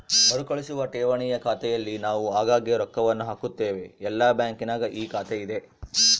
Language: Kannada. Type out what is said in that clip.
ಮರುಕಳಿಸುವ ಠೇವಣಿಯ ಖಾತೆಯಲ್ಲಿ ನಾವು ಆಗಾಗ್ಗೆ ರೊಕ್ಕವನ್ನು ಹಾಕುತ್ತೇವೆ, ಎಲ್ಲ ಬ್ಯಾಂಕಿನಗ ಈ ಖಾತೆಯಿದೆ